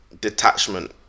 detachment